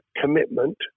commitment